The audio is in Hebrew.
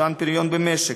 אובדן פריון במשק,